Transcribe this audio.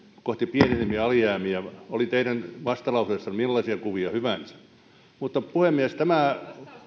kohti pieneneviä alijäämiä oli teidän vastalauseessanne millaisia kuvia hyvänsä puhemies tämä